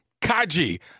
Kaji